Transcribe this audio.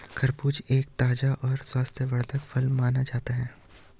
खरबूजा एक ताज़ा और स्वास्थ्यवर्धक फल माना जाता है